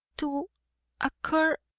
to a cur